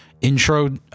intro